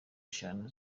eshanu